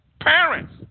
Parents